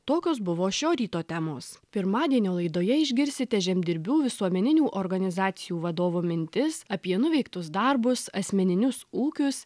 tokios buvo šio ryto temos pirmadienio laidoje išgirsite žemdirbių visuomeninių organizacijų vadovų mintis apie nuveiktus darbus asmeninius ūkius